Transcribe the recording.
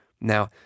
Now